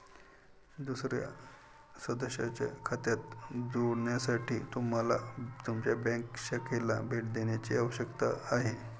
दुसर्या सदस्याच्या खात्यात जोडण्यासाठी तुम्हाला तुमच्या बँक शाखेला भेट देण्याची आवश्यकता आहे